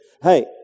Hey